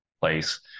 place